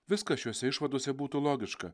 viskas šiose išvadose būtų logiška